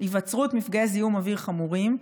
היווצרות מפגעי זיהום אוויר חמורים,